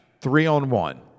three-on-one